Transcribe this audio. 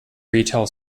retail